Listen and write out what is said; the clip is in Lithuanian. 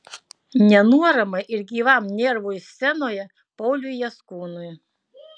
nenuoramai ir gyvam nervui scenoje pauliui jaskūnui